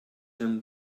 him